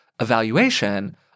evaluation